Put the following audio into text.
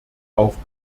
auf